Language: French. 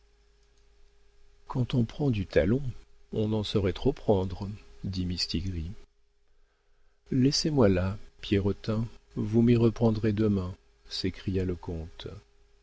quand on prend du talon on n'en saurait trop prendre dit mistigris laissez-moi là pierrotin vous m'y reprendrez demain s'écria le comte